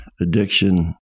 addiction